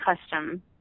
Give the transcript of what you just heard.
custom